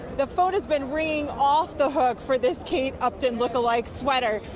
the phone has been ringing off the hook for this kate upton look-alike sweater.